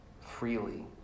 Freely